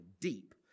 deep